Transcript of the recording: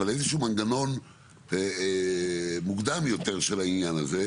אבל איזשהו מנגנון מוקדם יותר של העניין הזה.